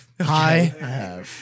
Hi